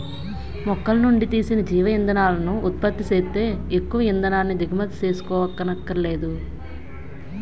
మొక్కలనుండి తీసిన జీవ ఇంధనాలను ఉత్పత్తి సేత్తే ఎక్కువ ఇంధనాన్ని దిగుమతి సేసుకోవక్కరనేదు